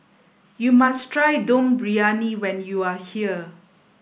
you must try Dum Briyani when you are here